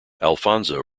alfonso